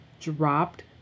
dropped